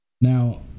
Now